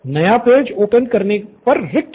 नया page open करने पर रिक्त होगा